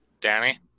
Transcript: Danny